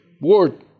word